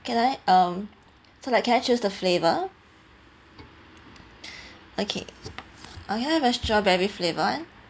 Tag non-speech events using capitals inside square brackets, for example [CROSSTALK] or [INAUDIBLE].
can I um so like can I choose the flavor [BREATH] okay can I have a strawberry flavor one